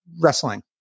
wrestling